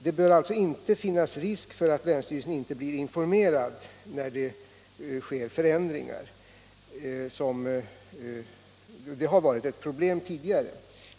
Det bör alltså inte finnas risk för att länsstyrelsen inte blir informerad när det sker förändringar. Detta har varit ett problem tidigare.